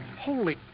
Holy